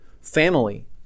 family